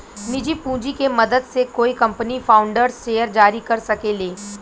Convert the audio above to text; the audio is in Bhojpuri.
निजी पूंजी के मदद से कोई कंपनी फाउंडर्स शेयर जारी कर सके ले